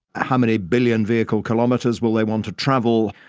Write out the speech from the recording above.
how many billion vehicle-kilometres will they want to travel,